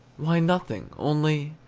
why, nothing, only,